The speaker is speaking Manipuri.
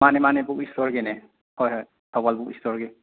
ꯃꯥꯅꯦ ꯃꯥꯅꯦ ꯕꯨꯛ ꯏꯁꯇꯣꯔꯒꯤꯅꯦ ꯍꯣꯏ ꯍꯣꯏ ꯊꯧꯕꯥꯜ ꯕꯨꯛ ꯏꯁꯇꯣꯔꯒꯤ